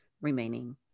remaining